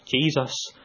Jesus